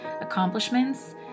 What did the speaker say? accomplishments